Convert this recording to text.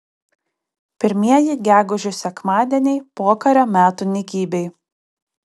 pirmieji gegužių sekmadieniai pokario metų nykybėj